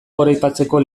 goraipatzeko